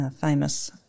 famous